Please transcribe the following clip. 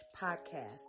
podcast